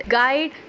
guide